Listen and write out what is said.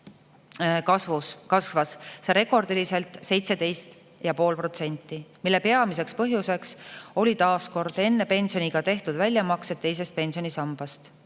kasvas see rekordiliselt, 17,5%, mille peamiseks põhjuseks oli taas kord enne pensioniiga tehtud väljamaksed teisest pensionisambast.